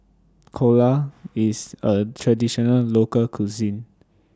IS A Traditional Local Cuisine